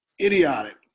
idiotic